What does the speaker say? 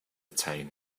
town